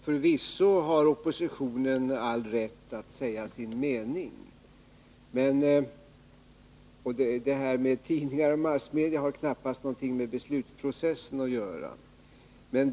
Herr talman! Nej, förvisso har oppositionen all rätt att säga sin mening. Men tidningar och andra massmedia har knappast någonting med beslutsprocessen att göra.